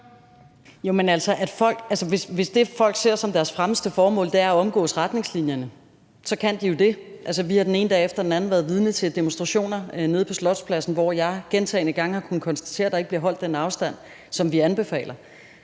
Hvis det, folk ser som deres fremmeste formål, er at omgå retningslinjerne, så kan de jo gøre det. Vi har den ene dag efter den anden været vidne til demonstrationer nede på Slotspladsen, hvor jeg gentagne gange har kunnet konstatere, at der ikke bliver holdt den afstand, som vi anbefaler.